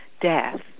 death